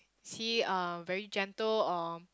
is he uh very gentle or